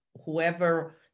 whoever